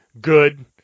good